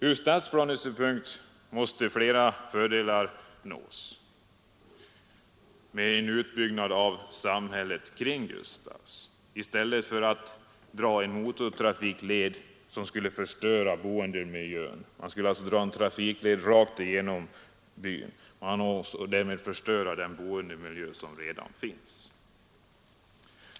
Ur statsplanesynpunkt måste flera fördelar nås med en utbyggnad av samhället kring Gustafs. Genom att dra en motortrafikled rakt igenom samhället skulle man förstöra den boendemiljö som redan finns.